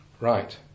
Right